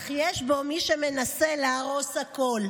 אך יש בו מי שמנסה להרוס הכול.